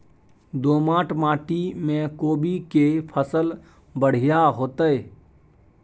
दोमट माटी में कोबी के फसल बढ़ीया होतय?